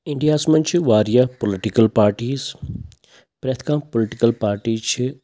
اِنٛڈیاہَس منٛز چھِ واریاہ پُلٹِکَل پارٹیٖز پرٛٮ۪تھ کانٛہہ پُلٹِکَل پارٹی چھِ